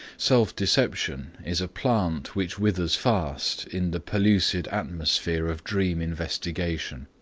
self-deception is a plant which withers fast in the pellucid atmosphere of dream investigation.